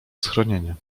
schronienie